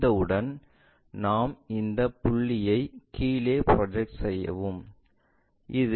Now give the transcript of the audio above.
முடிந்தவுடன் நாம் இந்த புள்ளியை கீழே ப்ரொஜெக்ட் செய்யலாம்